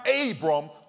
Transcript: Abram